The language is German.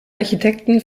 architekten